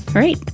right?